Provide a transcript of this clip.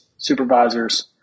supervisors